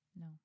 No